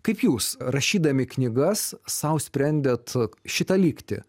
kaip jūs rašydami knygas sau sprendėt šitą lygtį